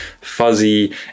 fuzzy